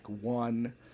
one